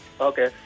okay